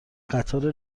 قطار